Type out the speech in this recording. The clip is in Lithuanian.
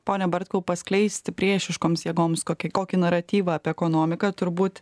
pone bartkau paskleisti priešiškoms jėgoms kokį kokį naratyvą apie ekonomiką turbūt